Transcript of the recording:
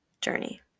journey